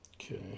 Okay